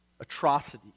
atrocity